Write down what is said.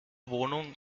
wohnung